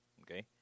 okay